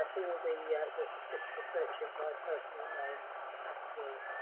all the ah but the tips for searching by personal name haven't worked.